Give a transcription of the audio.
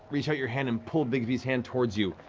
reach out your hand and pull bigby's hand towards you.